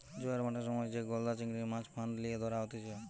জোয়ার ভাঁটার সময় যে গলদা চিংড়ির, মাছ ফাঁদ লিয়ে ধরা হতিছে